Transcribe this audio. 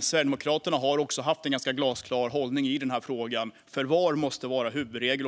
Sverigedemokraterna har haft en ganska glasklar hållning i frågan: Förvar måste vara huvudregel.